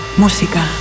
música